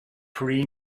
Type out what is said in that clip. pre